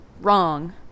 wrong